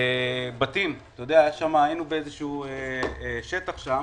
בתים היינו באיזשהו שטח שם,